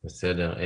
בסדר.